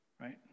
Right